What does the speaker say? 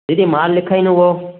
दीदी मालु लिखाइणो हो